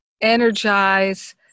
energize